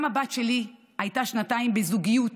גם הבת שלי הייתה שנתיים בזוגיות